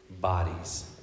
bodies